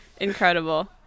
incredible